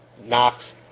Knox